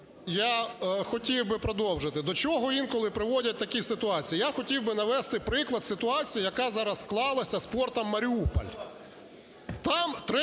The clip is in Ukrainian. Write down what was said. Я хотів би продовжити. До чого інколи приводять такі ситуації. Я хотів би навести приклад ситуації, яка зараз склалася з портом "Маріуполь".